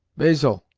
basil,